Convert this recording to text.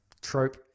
trope